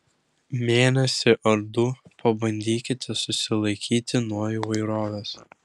mėnesį ar du pabandykite susilaikyti nuo įvairovės